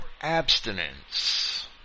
abstinence